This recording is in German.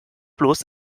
bloß